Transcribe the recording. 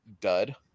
dud